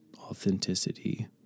authenticity